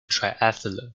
triathlon